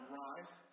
rise